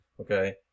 Okay